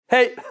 Hey